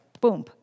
boom